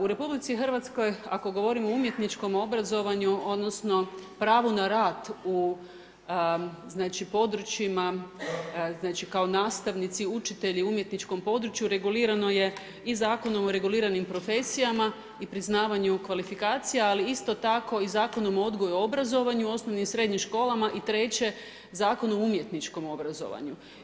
U RH ako govorimo o umjetničkom obrazovanju, odnosno pravu na rad u područjima, a nastavnici učitelji u umjetničkom području, regulirano je i Zakonom o reguliranim profesijama i poznavanju kvalifikacija, ali isto tako i Zakonom o odgoju i obrazovanju osnovnim i srednjim školama i treće Zakon o umjetničkom obrazovanju.